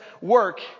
work